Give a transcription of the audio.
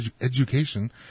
Education